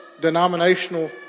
denominational